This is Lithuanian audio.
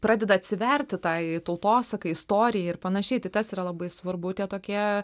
pradeda atsiverti tai tautosakai istorijai ir panašiai tai tas yra labai svarbu tie tokie